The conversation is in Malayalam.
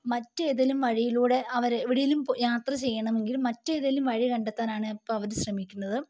മറ്റേതെങ്കിലും വഴിയിലൂടെ അവര് എവിടെയെങ്കിലും യാത്ര ചെയ്യണമെങ്കിൽ മറ്റേതെങ്കിലും വഴി കണ്ടെത്താനാണ് ഇപ്പോൾ അവര് ശ്രമിക്കുന്നത്